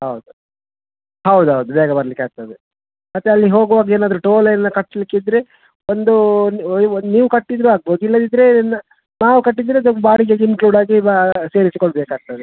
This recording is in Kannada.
ಹೌದು ಹೌದು ಹೌದು ಬೇಗ ಬರಲಿಕ್ಕೆ ಆಗ್ತದೆ ಮತ್ತು ಅಲ್ಲಿಗೆ ಹೋಗುವಾಗ ಏನಾದರು ಟೋಲೆಲ್ಲ ಕಟ್ಟಲಿಕ್ಕಿದ್ರೆ ಒಂದು ನೀವು ಕಟ್ಟಿದರೂ ಆಗ್ಬೋದು ಇಲ್ಲದಿದ್ದರೆ ನಾವು ಕಟ್ಟಿದರೆ ಅದು ಬಾಡಿಗೆಗೆ ಇನ್ಕ್ಲೂಡ್ ಆಗಿ ಬಾ ಸೇರಿಸಿಕೊಳ್ಳಬೇಕಾಗ್ತದೆ